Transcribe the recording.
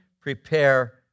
prepare